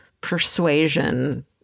persuasion